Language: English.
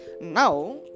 now